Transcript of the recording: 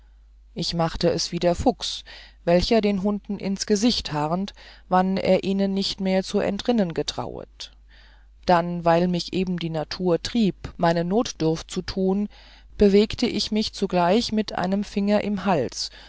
ich machte es wie der fuchs welcher den hunden ins gesicht harnt wann er ihnen nicht mehr zu entrinnen getrauet dann weil mich eben die natur trieb meine notdurft s v zu tun bewegte ich mich zugleich mit einem finger im hals